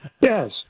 Yes